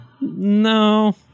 no